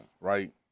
right